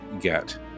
get